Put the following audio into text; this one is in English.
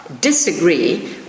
disagree